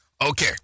Okay